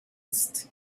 ist